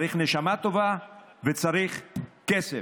צריך נשמה טובה וצריך כסף.